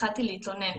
פחדתי להתלונן,